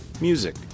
Music